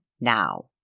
now